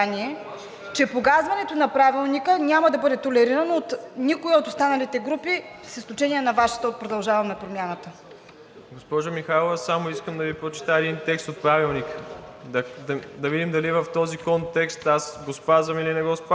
че погазването на Правилника няма да бъде толерирано от никоя от останалите групи, с изключение на Вашата, от „Продължаваме Промяната“. ПРЕДСЕДАТЕЛ МИРОСЛАВ ИВАНОВ: Госпожо Михайлова, само искам да Ви прочета един текст от Правилника – да видим дали в този контекст аз го спазвам, или не го спазвам: